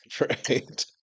Right